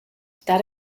that